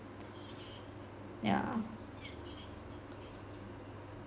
yeah